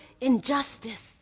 injustice